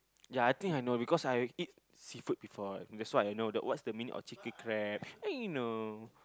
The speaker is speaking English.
ya I think I know because I eat seafood before that's why I know the what's the meaning of chilli crab ya you know